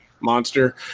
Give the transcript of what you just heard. monster